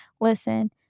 listen